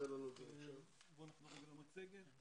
נחזור למצגת.